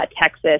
Texas